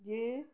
যে